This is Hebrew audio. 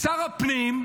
שר הפנים,